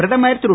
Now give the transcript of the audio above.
பிரதமர் திரு